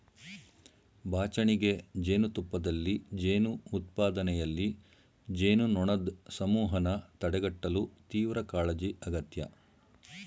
ಬಾಚಣಿಗೆ ಜೇನುತುಪ್ಪದಲ್ಲಿ ಜೇನು ಉತ್ಪಾದನೆಯಲ್ಲಿ, ಜೇನುನೊಣದ್ ಸಮೂಹನ ತಡೆಗಟ್ಟಲು ತೀವ್ರಕಾಳಜಿ ಅಗತ್ಯ